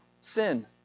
sin